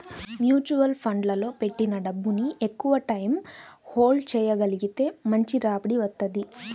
mutual ఫండ్లలో పెట్టిన డబ్బుని ఎక్కువటైయ్యం హోల్డ్ చెయ్యగలిగితే మంచి రాబడి వత్తది